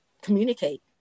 communicate